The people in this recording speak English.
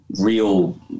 real